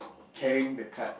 carrying the cart